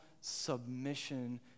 submission